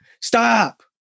stop